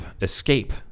Escape